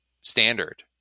standard